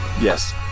Yes